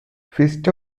fist